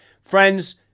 Friends